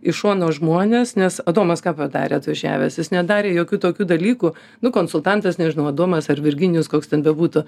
iš šono žmones nes adomas ką padarė atvažiavęs jis nedarė jokių tokių dalykų nu konsultantas nežinau adomas ar virginijus koks ten bebūtų